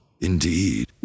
indeed